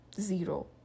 zero